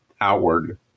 outward